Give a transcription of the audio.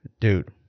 Dude